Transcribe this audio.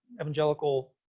evangelical